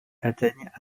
atteignent